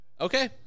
Okay